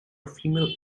female